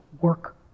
work